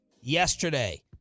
yesterday